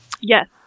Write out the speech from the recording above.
Yes